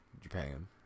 Japan